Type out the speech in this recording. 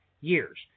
years